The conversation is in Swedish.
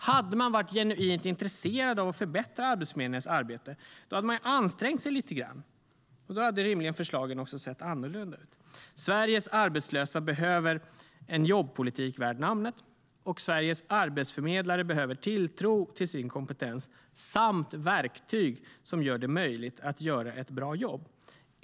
Hade man varit genuint intresserad av att förbättra Arbetsförmedlingens arbete hade man ansträngt sig lite grann. Då hade rimligen förslagen också sett annorlunda ut. Sveriges arbetslösa behöver en jobbpolitik värd namnet, och Sveriges arbetsförmedlare behöver tilltro till sin kompetens samt verktyg som gör det möjligt att göra ett bra jobb.